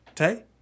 Okay